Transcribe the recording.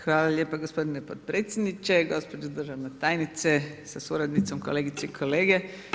Hvala lijepa gospodine podpredsjedniče, gospođo državna tajnice sa suradnicom, kolegice i kolege.